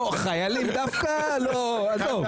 לא חיילים דווקא, עזוב.